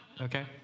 Okay